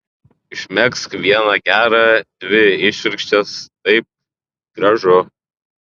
išmegzk vieną gerą dvi išvirkščias taip gražu